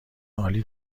عالی